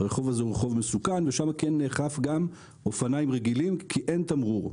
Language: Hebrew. הרחוב הזה הוא רחוב מסוכן ושם כן נאכף גם אופניים רגילים כי אין תמרור.